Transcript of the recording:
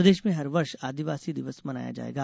प्रदेश में हर वर्ष आदिवासी दिवस मनाया जायेगा